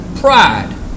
pride